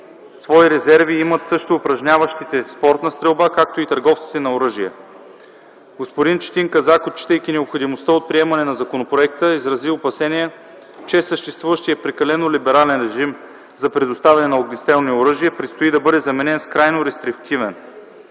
Свои резерви имат също упражняващите спортна стрелба, както и търговците на оръжия. Господин Четин Казак, отчитайки необходимостта от приемане на законопроекта, изрази опасения че съществуващият прекалено либерален режим за предоставяне на огнестрелни оръжия предстои да бъде заменен с крайно рестриктивен.